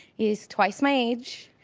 he's twice my age